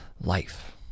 life